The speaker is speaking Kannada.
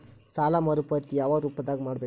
ಸಾಲ ಮರುಪಾವತಿ ಯಾವ ರೂಪದಾಗ ಮಾಡಬೇಕು?